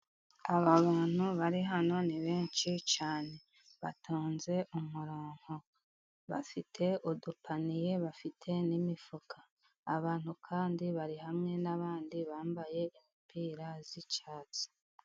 Aba bantu bari hano ni benshi cyane. Batonze umurongo, bafite udupaniye, bafite n'imifuka. Abantu kandi bari hamwe n'abandi bambaye imipira y'icyatsi.